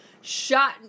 Shot